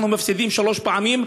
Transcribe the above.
אנחנו מפסידים שלוש פעמים,